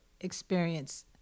experience